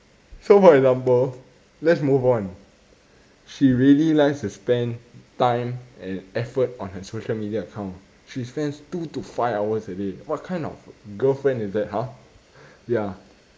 so for example let's move on she really likes to spend time and effort on her social media account she spends two to five hours a day what kind of girlfriend is that !huh! ya